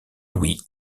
louis